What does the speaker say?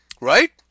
right